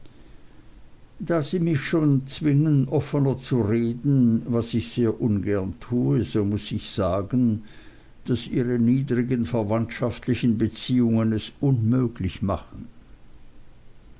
da sie mich schon zwingen offner zu reden was ich sehr ungern tue so muß ich sagen daß ihre niedrigen verwandtschaftlichen beziehungen es unmöglich machen